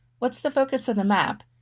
what's the focus of the map?